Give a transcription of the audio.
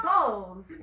goals